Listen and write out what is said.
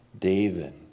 David